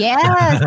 Yes